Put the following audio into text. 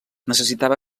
necessitava